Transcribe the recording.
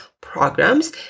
programs